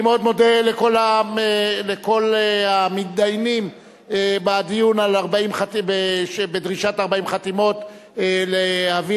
אני מאוד מודה לכל המתדיינים בדיון שבדרישת 40 חתימות להביא